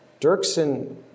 Dirksen